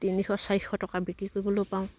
তিনিশ চাৰিশ টকা বিক্ৰী কৰিবলৈ পাওঁ